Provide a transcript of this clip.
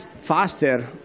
faster